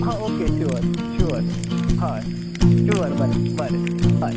हय okay sure sure हय sure बरें बरें हय